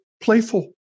playful